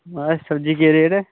महाराज सब्जी केह् रेट ऐ